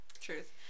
truth